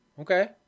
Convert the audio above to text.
Okay